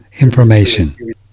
information